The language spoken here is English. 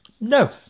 No